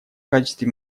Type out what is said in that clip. качестве